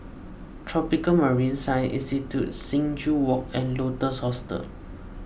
Tropical Marine Science Institute Sing Joo Walk and Lotus Hostel